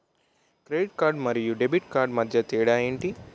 Credit card మరియు debit card మధ్య తేడా ఎంటి?